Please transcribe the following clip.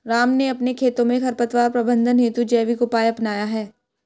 राम ने अपने खेतों में खरपतवार प्रबंधन हेतु जैविक उपाय अपनाया है